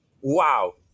Wow